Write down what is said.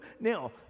Now